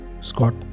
Scott